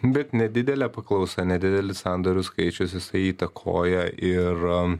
bet nedidelė paklausa nedidelis sandorių skaičius visai įtakoja ir a